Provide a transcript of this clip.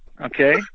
okay